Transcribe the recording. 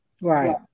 Right